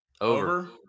Over